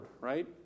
right